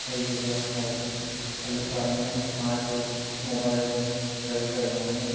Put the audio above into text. ꯍꯩꯖꯕ ꯍꯥꯏꯗꯤ ꯑꯂꯨꯀꯥꯔꯠꯅꯦ ꯃꯥꯁꯦ ꯃꯣꯕꯥꯏꯜ ꯂꯦꯖꯦꯟ ꯀꯦꯔꯦꯛꯇꯔ ꯑꯃꯅꯤ